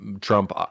Trump